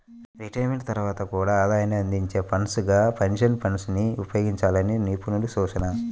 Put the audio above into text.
retirement తర్వాత కూడా ఆదాయాన్ని అందించే ఫండ్స్ గా పెన్షన్ ఫండ్స్ ని ఉపయోగించాలని నిపుణుల సూచన